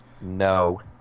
no